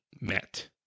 met